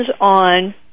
on